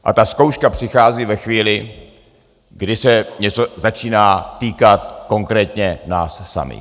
A ta zkouška přichází ve chvíli, kdy se něco začíná týkat konkrétně nás samých.